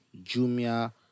Jumia